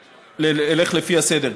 אלך לפי הסדר.